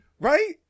right